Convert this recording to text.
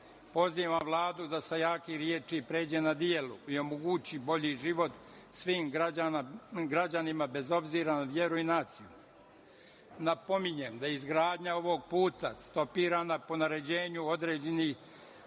Pozivam Vladu da sa jakih reči pređe na delo i omogući bolji život svim građanima, bez obzira na veru i naciju. Napominjem da je izgradnja ovog puta stopirana po naređenju određenih